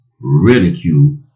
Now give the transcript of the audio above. ridicule